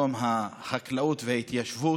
יום החקלאות וההתיישבות,